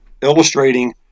illustrating